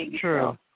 true